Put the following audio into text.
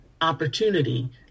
opportunity